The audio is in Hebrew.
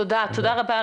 תודה רבה,